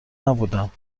نبودم